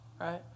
right